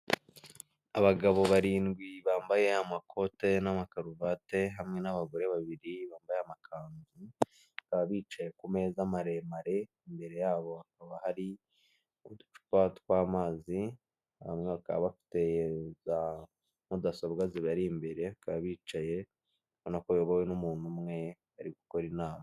Abagabo barindwi bambaye amakoti n'amakaruvati hamwe n'abagore babiri bambaye amakanzu, bakaba bicaye ku meza maremare, imbere yabo hakaba hari uducupa tw'amazi, bamwe bakaba bafite za mudasobwa zibari imbere, bakaba bicaye, urabona ko bayobowe n'umuntu umwe, bari gukora inama.